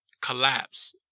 collapse